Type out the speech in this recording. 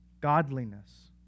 godliness